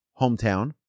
hometown